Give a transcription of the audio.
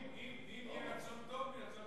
אם יהיה רצון טוב מהצד,